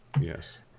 Yes